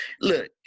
Look